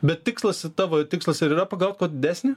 bet tikslas tavo tikslas ir yra pagaut kuo didesnį